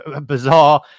bizarre